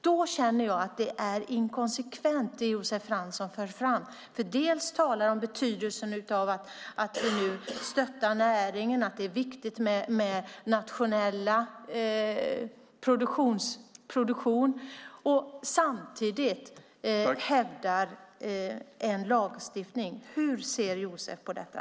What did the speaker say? Då känner jag att det som Josef Fransson för fram är inkonsekvent. Man talar om betydelsen av att vi nu stöttar näringen och att det är viktigt med den nationella produktionen. Samtidigt hävdar man att det ska vara en lagstiftning. Hur ser Josef på detta?